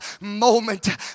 moment